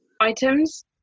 items